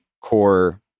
core